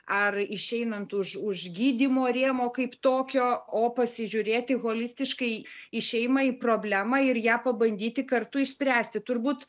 ar išeinant už už gydymo rėmo kaip tokio o pasižiūrėti holistiškai į šeimą į problemą ir ją pabandyti kartu išspręsti turbūt